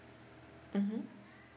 mmhmm